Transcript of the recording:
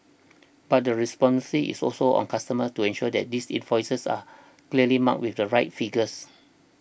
but the is also on customers to ensure that these invoices are clearly marked with the right figures